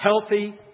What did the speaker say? healthy